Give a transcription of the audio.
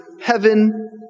heaven